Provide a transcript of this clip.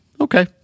Okay